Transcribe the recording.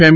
એમ